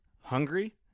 Hungry